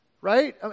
Right